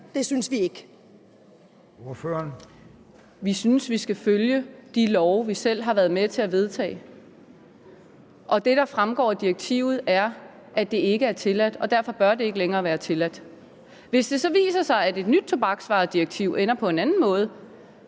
Hersom (RV): Vi synes, at vi skal følge de love, vi selv har været med til at vedtage. Og det, der fremgår af direktivet, er, at det ikke er tilladt, og derfor bør det ikke længere være tilladt. Hvis det så viser sig, at et nyt tobaksvaredirektiv ender på en anden måde,